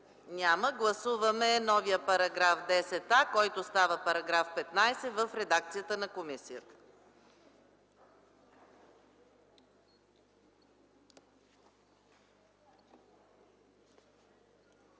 Няма. Гласуваме новия § 10а, който става § 15, в редакцията на комисията.